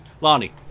Lonnie